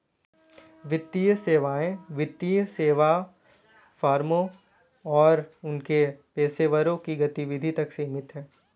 वित्तीय सेवाएं वित्तीय सेवा फर्मों और उनके पेशेवरों की गतिविधि तक सीमित हैं